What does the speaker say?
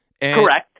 Correct